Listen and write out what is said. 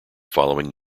following